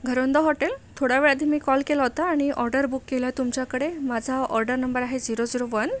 घरौंदा hotel थोड्या वेळ आधी मी कॉल केला होता आणि ऑर्डर बुक केला आहे तुमच्याकडे माझा ऑर्डर नंबर आहे झिरो झिरो वन